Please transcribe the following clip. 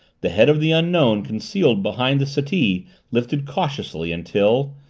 the head of the unknown concealed behind the settee lifted cautiously until,